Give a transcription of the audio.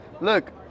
Look